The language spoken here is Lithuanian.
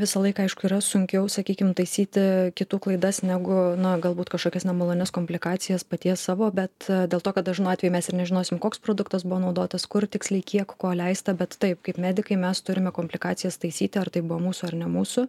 visą laiką aišku yra sunkiau sakykim taisyti kitų klaidas negu na galbūt kažkokias nemalonias komplikacijas paties savo bet dėl to kad dažnu atveju mes ir nežinosie koks produktas buvo naudotas kur tiksliai kiek ko leista bet taip kaip medikai mes turime komplikacijas taisyti ar tai buvo mūsų ar ne mūsų